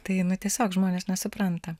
tai nu tiesiog žmonės nesupranta